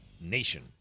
nation